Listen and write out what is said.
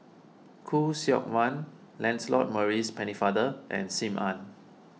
Khoo Seok Wan Lancelot Maurice Pennefather and Sim Ann